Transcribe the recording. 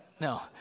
No